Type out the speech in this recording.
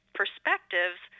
perspectives